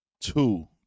two